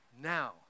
now